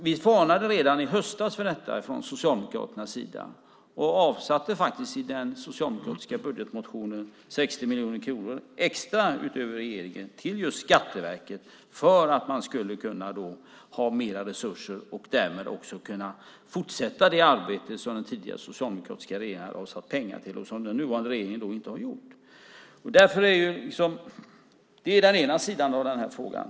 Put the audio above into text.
Vi varnade redan i höstas för detta från Socialdemokraternas sida och avsatte faktiskt i den socialdemokratiska budgetmotionen 60 miljoner kronor extra utöver regeringen till just Skatteverket för att man skulle få mer resurser och därmed också kunna fortsätta det arbete som den tidigare socialdemokratiska regeringen hade avsatt pengar till, vilket den nuvarande regeringen inte har gjort. Det är den ena sidan av den här frågan.